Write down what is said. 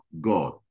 God